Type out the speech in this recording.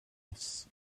moss